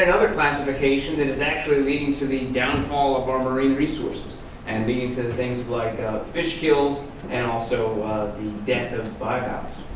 another classification that is actually leaning to the downfall of our marine resources and being some things like fish gills and also the death of bypass.